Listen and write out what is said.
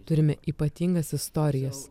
turime ypatingas istorijas